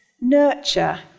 nurture